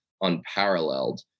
unparalleled